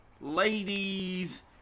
ladies